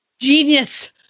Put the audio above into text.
Genius